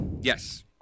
Yes